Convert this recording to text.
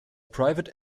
private